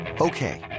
Okay